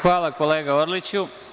Hvala, kolega Orliću.